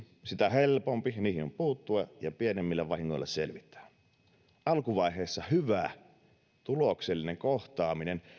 sitä helpompi niihin on puuttua ja sitä pienemmillä vahingoilla selvitään alkuvaiheessa hyvä tuloksellinen kohtaaminen